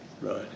Right